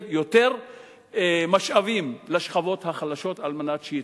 יותר משאבים לשכבות החלשות על מנת שיצמחו.